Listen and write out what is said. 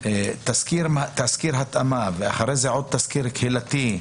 תסקיר התאמה ואחרי זה עוד תסקיר קהילתי,